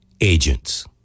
agents